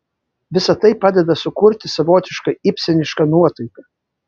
visa tai padeda sukurti savotišką ibsenišką nuotaiką